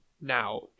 Now